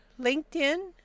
LinkedIn